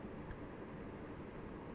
no